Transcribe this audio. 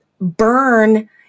burn